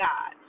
God